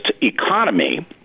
economy